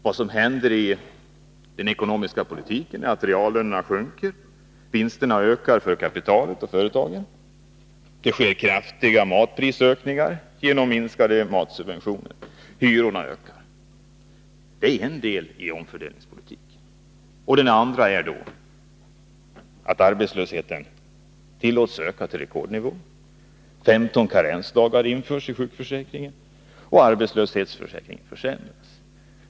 Vad som händer i den ekonomiska politiken är att reallönerna sjunker och att vinsterna ökar för kapitalet och företagen. Det sker kraftiga matprisökningar genom minskade matsubventioner. Hyrorna ökar. Detta är en del av omfördelningspolitiken. Den andra är att arbetslösheten tillåts öka till rekordnivå, att 15 karensdagar införs i sjukförsäkringen och att arbetslöshetsförsäkringen försämras.